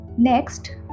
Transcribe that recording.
Next